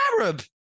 Arab